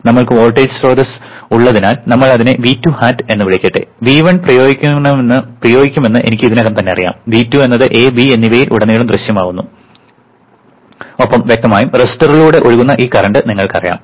നമ്മൾക്ക് വോൾട്ടേജ് സ്രോതസ്സ് ഉള്ളതിനാൽ നമ്മൾ അതിനെ V2 hat എന്ന് വിളിക്കട്ടെ V1 പ്രയോഗിക്കുമെന്ന് എനിക്ക് ഇതിനകം തന്നെ അറിയാം V2 എന്നത് a b എന്നിവയിൽ ഉടനീളം ദൃശ്യമാകുന്നു ഒപ്പം വ്യക്തമായും റെസിസ്റ്ററിലൂടെ ഒഴുകുന്ന ഈ കറന്റ് നിങ്ങൾക്കറിയാം